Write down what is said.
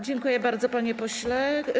Dziękuję bardzo, panie pośle.